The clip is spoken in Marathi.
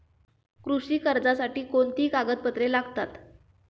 कृषी कर्जासाठी कोणती कागदपत्रे लागतात?